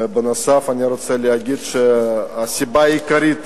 ובנוסף, אני רוצה להגיד שהסיבה העיקרית